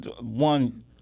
one